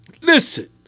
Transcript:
Listen